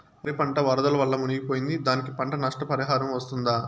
వరి పంట వరదల వల్ల మునిగి పోయింది, దానికి పంట నష్ట పరిహారం వస్తుందా?